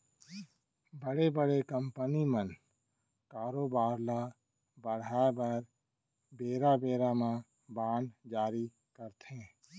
बड़े बड़े कंपनी मन कारोबार ल बढ़ाय बर बेरा बेरा म बांड जारी करथे